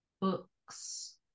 books